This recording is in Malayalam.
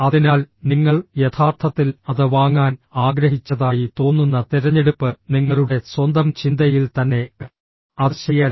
അതിനാൽ നിങ്ങൾ യഥാർത്ഥത്തിൽ അത് വാങ്ങാൻ ആഗ്രഹിച്ചതായി തോന്നുന്ന തിരഞ്ഞെടുപ്പ് നിങ്ങളുടെ സ്വന്തം ചിന്തയിൽ തന്നെ അത് ശരിയല്ല